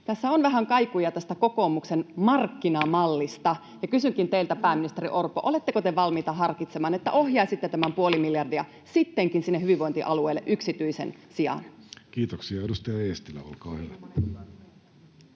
Tässä on vähän kaikuja kokoomuksen markkinamallista, ja kysynkin teiltä, pääministeri Orpo: oletteko te valmiita harkitsemaan, että ohjaisitte tämän puoli miljardia sittenkin sinne hyvinvointialueille yksityisen sijaan? Kiitoksia. — Edustaja Eestilä, olkaa hyvä.